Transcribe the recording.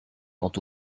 quant